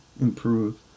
improve